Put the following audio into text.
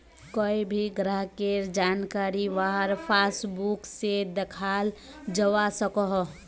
कोए भी ग्राहकेर जानकारी वहार पासबुक से दखाल जवा सकोह